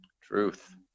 Truth